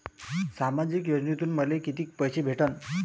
सामाजिक योजनेतून मले कितीक पैसे भेटन?